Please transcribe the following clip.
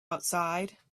outside